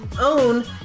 own